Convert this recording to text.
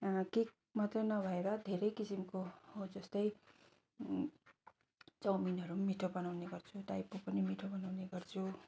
cake मात्रै नभएर धेरै किसिमको जस्तै चौमिनहरू पनि मिठो बनाउने गर्छु टाइपो पनि मिठो बनाउने गर्छु